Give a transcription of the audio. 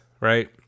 right